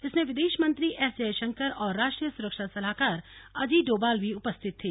इसमें विदेश मंत्री एस जयशंकर और राष्ट्रीय सुरक्षा सलाहकार अजित डोभाल भी उपस्थित थे